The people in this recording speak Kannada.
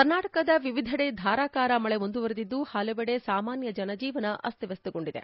ಕರ್ನಾಟಕದ ವಿವಿಧೆಡೆ ಧಾರಾಕಾರ ಮಳೆ ಮುಂದುವರಿದಿದ್ಲು ಹಲವೆಡೆ ಸಾಮಾನ್ಯ ಜನಜೀವನ ಅಸ್ತವ್ಯಸ್ತಗೊಂಡಿದೆ